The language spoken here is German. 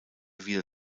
wieder